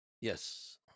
Yes